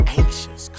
anxious